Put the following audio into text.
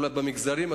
ואולי במגזרים.